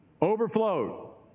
overflow